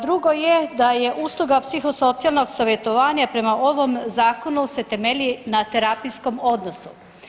Drugo je da je usluga psihosocijalnog savjetovanja prema ovom zakonu se temelji na terapijskom odnosu.